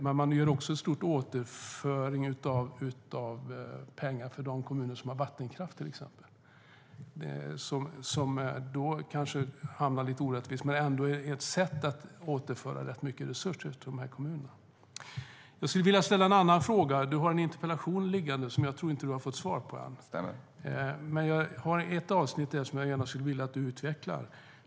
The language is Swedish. Man gör också en stor återföring av pengar till de kommuner som har vattenkraft, till exempel. De kanske hamnar lite orättvist, men det är ändå ett sätt att återföra rätt mycket resurser till kommunerna. Jag skulle vilja ställa en annan fråga. Du har en interpellation liggande som jag inte tror att du har fått svar på ännu. Där finns ett avsnitt som jag gärna skulle vilja att du utvecklar.